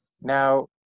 Now